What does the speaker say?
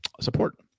support